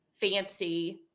fancy